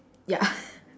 ya